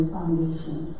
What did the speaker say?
Foundation